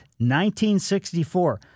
1964